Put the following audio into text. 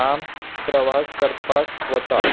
लांब प्रवास करपाक वतां